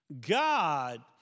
God